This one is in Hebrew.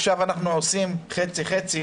עכשיו אנחנו עושים חצי-חצי,